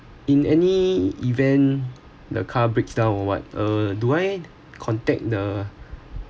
in any event the car breakdown or what uh so I contact the